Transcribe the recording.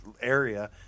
area